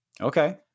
okay